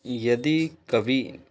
यदि कभी